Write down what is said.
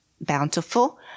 bountiful